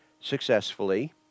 successfully